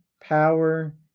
power